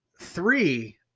Three